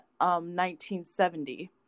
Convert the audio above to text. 1970